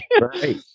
Right